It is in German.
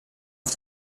auf